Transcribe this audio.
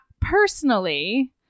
personally